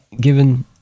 given